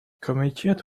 комитет